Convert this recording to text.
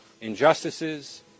injustices